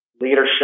leadership